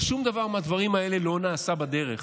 אבל שום דבר מהדברים האלה לא נעשה בדרך.